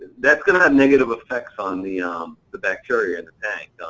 that's gonna have negative effects on the um the bacteria in the tank.